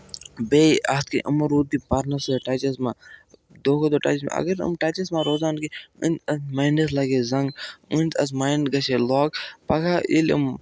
بیٚیہِ اَتھ کینٛہہ یِمو روٗد تہِ پَرنہٕ سۭتۍ ٹَچَس منٛز دۄہ کھۄ دۄہ ٹَچَس منٛز اگر یِم ٹَچَس منٛز روزان کینٛہہ أنٛدۍ أنٛدۍ مایِنٛڈَس لَگہِ زَنٛگ أنٛدۍ أنٛز مایِنٛڈ گَژھِ ہے لاک پَگہہ ییٚلہِ أمۍ